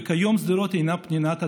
וכיום שדרות היא פנינת הדרום.